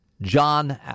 John